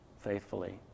faithfully